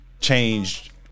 changed